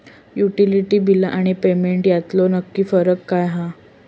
Utility बिला आणि payment यातलो नक्की फरक काय हा?